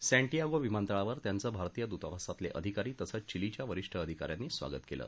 Santiago विमानतळावर त्यांचं भारतीय दूतावासातील अधिकारी तसंच चिलीच्या वरीष्ठ अधिका यांनी स्वागत केलं